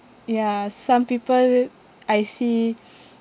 ya some people I see